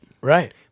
Right